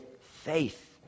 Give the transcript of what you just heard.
faith